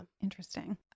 interesting